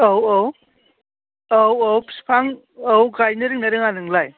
औ औ औ औ बिफां औ गायनो रोंङो ना रोङा नोंलाय